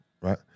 right